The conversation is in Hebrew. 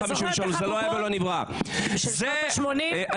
במקום לשרוף כאן עשרות שעות על החוק המיותר הזה,